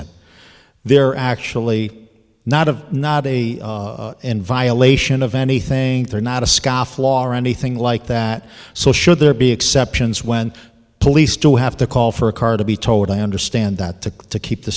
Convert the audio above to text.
accident they're actually not of not a violation of anything they're not a scofflaw or anything like that so should there be exceptions when police do have to call for a car to be told i understand that to to keep the